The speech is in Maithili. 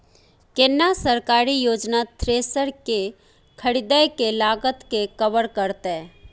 केना सरकारी योजना थ्रेसर के खरीदय के लागत के कवर करतय?